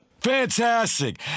Fantastic